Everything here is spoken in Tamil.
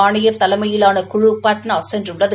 ஆணையர் தலைமையிலான குழு பாட்னா சென்றுள்ளது